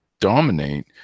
dominate